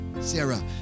Sarah